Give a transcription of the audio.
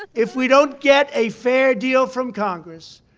if we don't get a fair deal from congress,